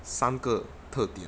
三个特点